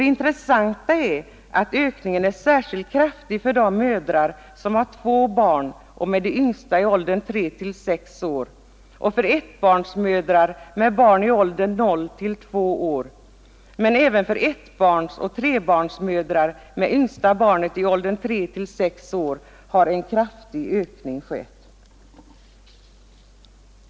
Det intressanta är att ökningen är särskilt kraftig för de mödrar som har två barn med det yngsta i åldern 3—6 år och för ettbarnsmödrar med barn i åldern 0—2 år. Även för ettbarnsoch trebarnsmödrar med yngsta barnet i åldern 3—6 år har en kraftig ökning skett.